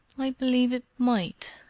i believe it might,